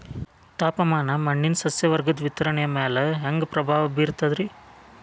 ತಾಪಮಾನ ಮಣ್ಣಿನ ಸಸ್ಯವರ್ಗದ ವಿತರಣೆಯ ಮ್ಯಾಲ ಹ್ಯಾಂಗ ಪ್ರಭಾವ ಬೇರ್ತದ್ರಿ?